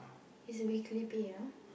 it's a weekly pay you know